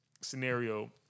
scenario